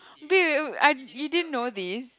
babe I you didn't know this